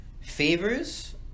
favors